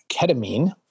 Ketamine